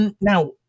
Now